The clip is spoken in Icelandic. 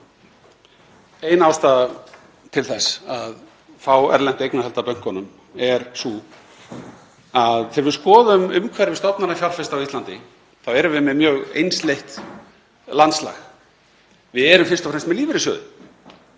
Ein ástæða þess að fá erlent eignarhald á bönkunum er sú að þegar við skoðum umhverfi stofnanafjárfesta á Íslandi þá erum við með mjög einsleitt landslag. Við erum fyrst og fremst með lífeyrissjóðina.